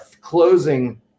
closing